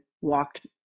walked